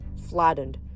flattened